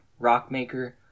Rockmaker